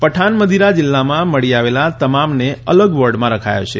પઠાનમધીરા જીલ્લામાં મળી આવેલા તમામને અલગ વોર્ડમાં રખાયા છે